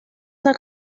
una